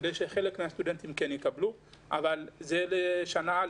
כדי שחלק מהסטודנטים כן יקבלו אבל זה לשנה א'.